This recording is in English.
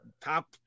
top